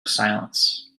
silence